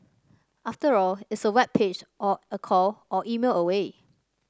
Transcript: after all it's a web page or a call or email away